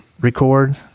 record